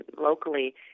locally